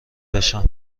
بشم